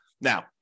Now